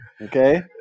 okay